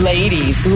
Ladies